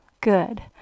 Good